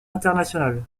international